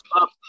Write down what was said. up